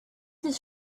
this